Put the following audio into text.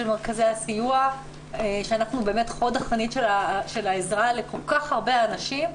מרכזי הסיוע שאנחנו באמת חוד החנית של העזרה לכל כך הרבה אנשים,